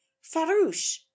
farouche